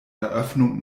eröffnung